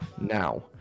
Now